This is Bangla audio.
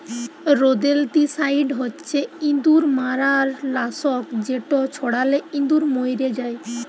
রোদেল্তিসাইড হছে ইঁদুর মারার লাসক যেট ছড়ালে ইঁদুর মইরে যায়